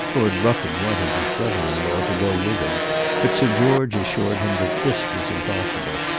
lord rufford wanted his brother-in-law to go with him but sir george assured him that this was impossible.